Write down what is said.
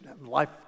life